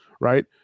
right